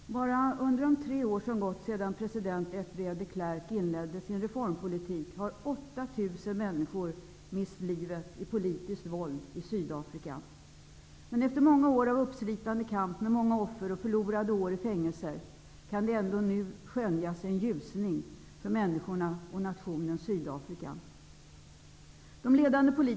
Fru talman! Bara under de tre år som gått sedan president F.W. de Klerk inledde sin reformpolitik har 8 000 människor mist livet i politiskt våld i Sydafrika. Men efter många år av uppslitande kamp med många offer och förlorade år i fängelser kan det ändå nu skönjas en ljusning för människorna och nationen Sydafrika.